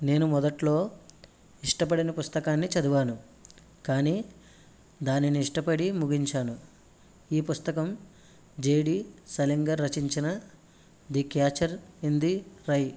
నేను మొదట్లో ఇష్టపడిన పుస్తకాన్ని చదివాను కానీ దానిని ఇష్టపడి ముగించాను ఈ పుస్తకం జేడీ సలీంగారు రచించిన The Catcher in the rye